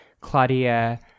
Claudia